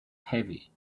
heavy